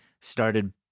started